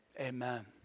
amen